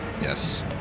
Yes